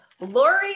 lori